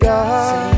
God